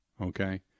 okay